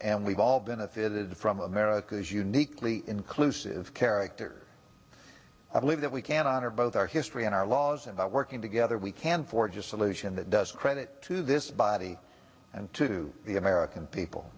and we've all benefited from america's uniquely inclusive character i believe that we can honor both our history and our laws about working together we can forge a solution that does credit to this body and to the american people